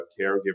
caregiver